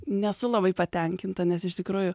nesu labai patenkinta nes iš tikrųjų